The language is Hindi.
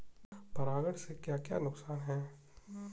परागण से क्या क्या नुकसान हैं?